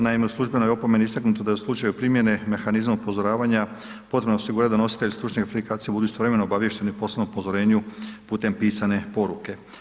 Naime, u službenoj opomeni istaknuto je da u slučaju primjene mehanizma upozoravanja potrebno osigurati da nositelji stručnih kvalifikacija budu istovremeno obavješteni u poslovnom upozorenju putem pisane poruke.